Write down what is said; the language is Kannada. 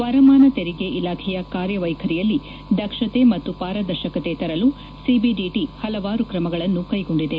ವರಮಾನ ತೆರಿಗೆ ಇಲಾಖೆಯ ಕಾರ್ಯ ವೈಖರಿಯಲ್ಲಿ ದಕ್ಷತೆ ಮತ್ತು ಪಾರದರ್ಶಕತೆ ತರಲು ಸಿಬಿಡಿಟಿ ಹಲವಾರು ಕ್ರಮಗಳನ್ನು ಕೈಗೊಂಡಿದೆ